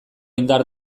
indar